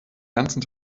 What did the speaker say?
ganzen